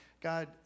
God